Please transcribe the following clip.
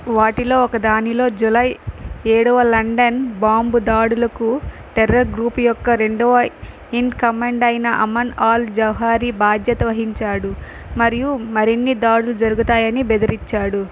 వాటిలో ఒకదానిలో జూలై ఏడు లండన్ బాంబు దాడులకు టెర్రర్ గ్రూప్ యొక్క రెండవ ఇన్ కమాండ్ అయిన అమాన్ అల్ జవాహిరి బాధ్యత వహించాడు మరియు మరిన్ని దాడులు జరుగుతాయని బెదిరించాడు